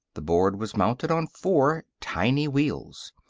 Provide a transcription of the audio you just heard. the board was mounted on four tiny wheels.